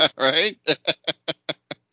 Right